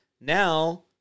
now